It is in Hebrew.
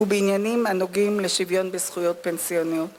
ובעניינים הנוגעים לשוויון בזכויות פנסיוניות.